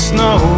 Snow